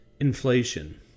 Inflation